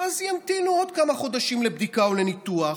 אז ימתינו עוד כמה חודשים לבדיקה או לניתוח,